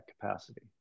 capacity